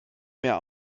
mehr